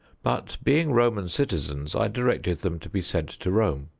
but being roman citizens, i directed them to be sent to rome.